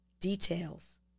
details